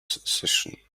session